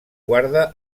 guarda